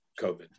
COVID